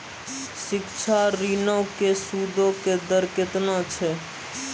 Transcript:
शिक्षा ऋणो के सूदो के दर केतना छै?